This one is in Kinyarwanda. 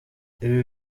ibi